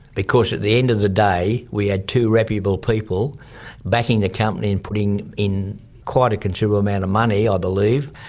because at the end of the day, we had two reputable people backing the company and putting in quite a considerable amount of money, i believe.